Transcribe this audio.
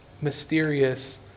mysterious